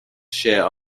share